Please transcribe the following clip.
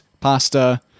pasta